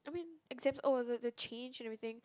I mean exams oh the the the change and everything